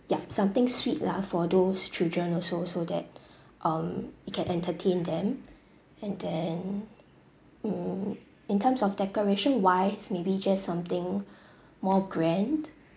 yup something sweet lah for those children also so that um it can entertain them and then mm in terms of decoration wise maybe just something more grand